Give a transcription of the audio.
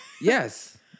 Yes